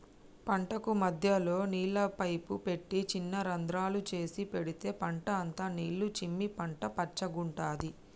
పంటకు మధ్యలో నీళ్ల పైపు పెట్టి చిన్న రంద్రాలు చేసి పెడితే పంట అంత నీళ్లు చిమ్మి పంట పచ్చగుంటది